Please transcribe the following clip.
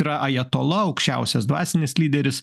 yra ajatola aukščiausias dvasinis lyderis